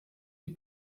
die